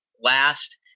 last